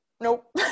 nope